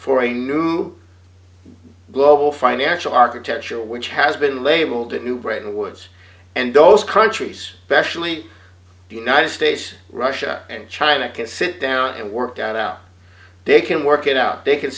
for a new global financial architecture which has been labeled a new great awards and those countries specially the united states russia and china can sit down and worked out they can work it out they can